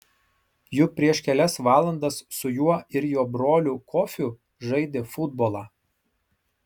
juk prieš kelias valandas su juo ir jo broliu kofiu žaidė futbolą